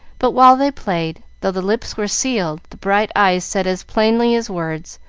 but while they played, though the lips were sealed, the bright eyes said as plainly as words,